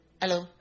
hello